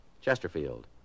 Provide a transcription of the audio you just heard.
Chesterfield